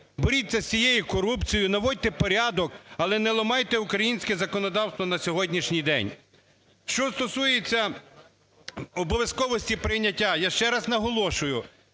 боріться з цією корупцією, наводьте порядок, але не ламайте українське законодавство на сьогоднішній день. Що стосується обов'язковості прийняття, я ще раз наголошую: